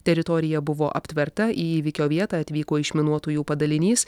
teritorija buvo aptverta į įvykio vietą atvyko išminuotojų padalinys